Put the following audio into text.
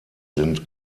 sind